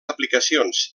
aplicacions